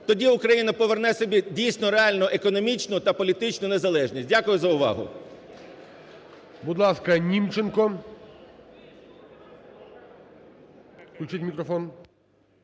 тоді Україна поверне собі дійсно реально економічну та політичну незалежність. Дякую за увагу.